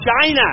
China